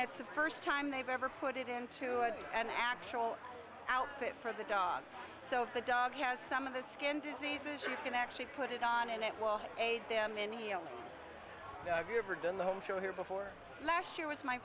that's the first time they've ever put it into an actual outfit for the dog so if the dog has some of the skin diseases you can actually put it on and that will aid them in healing you're done the whole show here before last year was my